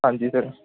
ਹਾਂਜੀ ਸਰ